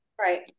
Right